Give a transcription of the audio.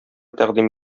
тәкъдим